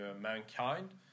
mankind